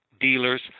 dealers